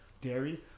dairy